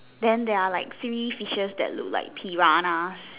then there are like three fishes that look like piranhas